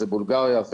בולגריה,